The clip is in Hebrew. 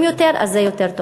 אם יותר, אז יותר טוב.